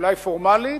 אולי פורמלית,